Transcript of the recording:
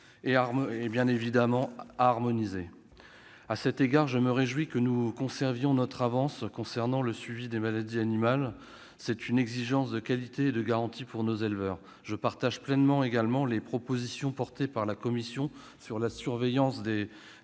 et, bien évidemment, à harmoniser. À cet égard, je me réjouis que nous conservions notre avance concernant le suivi des maladies animales. C'est une exigence de qualité et une garantie pour nos éleveurs. Je partage également pleinement les propositions portées par la commission sur la surveillance des